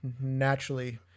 naturally